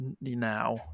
now